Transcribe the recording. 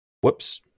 Whoops